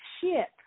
ship